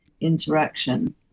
interaction